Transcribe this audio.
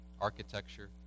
architecture